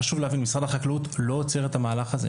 חשוב להבין, משרד החקלאות לא עוצר את המהלך הזה.